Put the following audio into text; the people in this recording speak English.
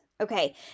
Okay